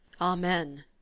Amen